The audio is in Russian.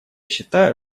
считаю